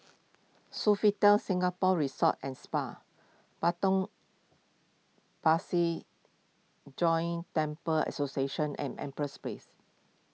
Sofitel Singapore Resort and Spa Potong Pasir Joint Temples Association and Empress Place